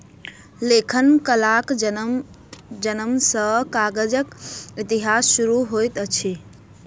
लेखन कलाक जनम सॅ कागजक इतिहास शुरू होइत अछि